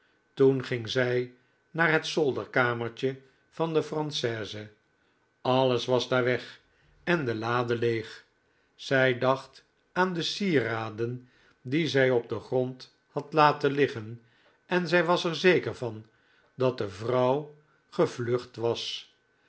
toen ging zij naar het zolderkamertje van de franchise alles was daar weg en de laden leeg zij dacht aan de sieraden die zij op den grond had laten liggen en zij was er zeker van dat de vrouw gevlucht was